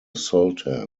sultan